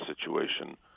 situation